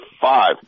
five